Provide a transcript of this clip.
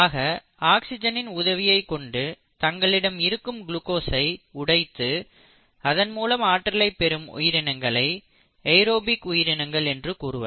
ஆக ஆக்சிஜனின் உதவியை கொண்டு தங்களிடம் இருக்கும் குளுகோசை உடைத்து அதன் மூலம் ஆற்றலைப் பெறும் உயிரினங்களை ஏரோபிக் உயிரினங்கள் என்று கூறுவர்